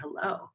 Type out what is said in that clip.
hello